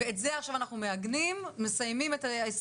ואת זה אנחנו עכשיו מעגנים, מסיימים את 21'